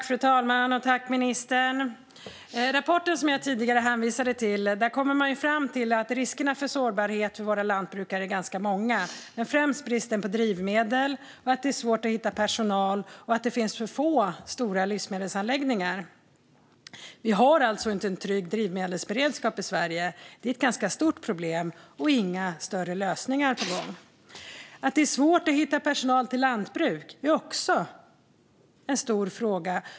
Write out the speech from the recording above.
Fru talman! Tack, ministern! I rapporten som jag tidigare hänvisade till kommer man fram till att riskerna för sårbarhet för våra lantbrukare är ganska många. Det handlar främst om bristen på drivmedel, att det är svårt att hitta personal och att det finns få stora livsmedelsanläggningar. Vi har alltså inte en trygg drivmedelsberedskap i Sverige. Det är ett ganska stort problem. Och inga större lösningar är på gång. Att det är svårt att hitta personal till lantbruk är också en stor fråga.